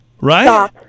right